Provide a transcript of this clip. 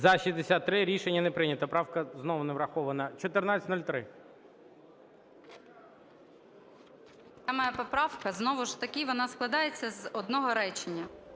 За-63 Рішення не прийнято. Правка знову не врахована. 1503.